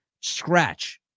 scratch